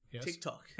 TikTok